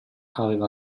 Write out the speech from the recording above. aveva